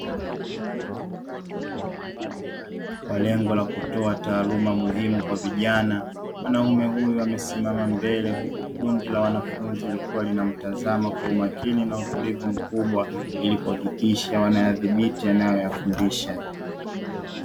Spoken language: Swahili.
Kwa lengo la kutoa taaluma muhimu kwa vijana, mwanaume huyu amesimama mbele huku kundi la wanafunzi likiwa linamtazama kwa umakini na utulivu mkubwa, ili kuhakikisha wanayadhibiti anayoyafundisha.